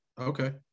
okay